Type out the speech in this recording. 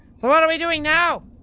so what are we doing now?